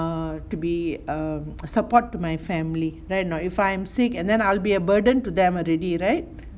err to be a support to my family right a not if I'm sick and then I'll be a burden to them already right